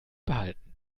behalten